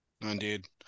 Indeed